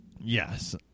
Yes